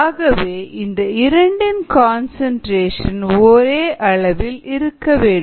ஆகவே இந்த இரண்டின் கன்சன்ட்ரேஷன் ஒரே அளவில் இருக்க வேண்டும்